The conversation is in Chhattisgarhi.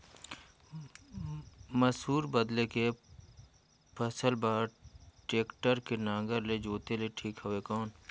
मसूर बदले के फसल बार टेक्टर के नागर ले जोते ले ठीक हवय कौन?